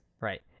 right